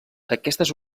aquestes